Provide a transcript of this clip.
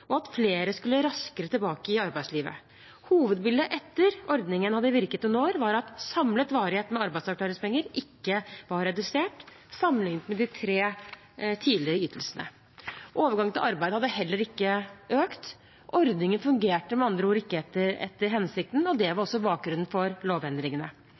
og at flere skulle raskere tilbake til arbeidslivet. Hovedbildet etter at ordningen hadde virket noen år, var at samlet varighet med arbeidsavklaringspenger ikke var redusert sammenlignet med de tre tidligere ytelsene. Overgangen til arbeid hadde heller ikke økt. Ordningen fungerte med andre ord ikke etter hensikten, og det var også bakgrunnen for lovendringene.